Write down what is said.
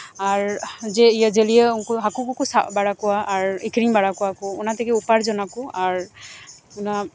ᱟᱨ ᱡᱮ ᱡᱟᱹᱞᱭᱟᱹ ᱩᱱᱠᱩ ᱦᱟᱹᱠᱩ ᱠᱚᱠᱚ ᱥᱟᱵ ᱵᱟᱲᱟ ᱠᱚᱣᱟ ᱟᱨ ᱟ ᱠᱷᱨᱤᱧ ᱵᱟᱲᱟ ᱠᱚᱣᱟᱠᱚ ᱚᱱᱟ ᱛᱮᱜᱮ ᱩᱯᱟᱨᱡᱚᱱᱟ ᱠᱚ ᱟᱨ